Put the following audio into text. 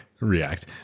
react